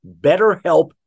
BetterHelp